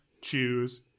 choose